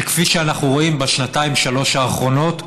שבו, כפי שאנחנו רואים בשנתיים-שלוש האחרונות,